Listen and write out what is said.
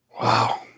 Wow